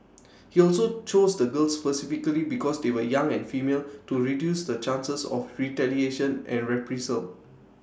he also chose the girls specifically because they were young and female to reduce the chances of retaliation and reprisal